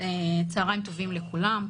צוהריים טובים לכולם.